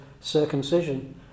circumcision